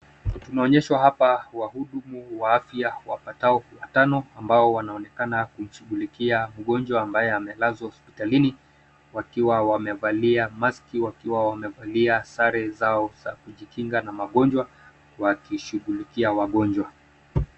Tunaonyeshwa hapa wahudumu wa afya wapatao kuwa tano ambao wanaonekana kumshugulikia mgonjwa ambaye amelazwa hospitalini wakiwa wamevalia maski, wakiwa wamevalia sare zao za kujikinga na magonjwa wakishugulikia wagonjwa.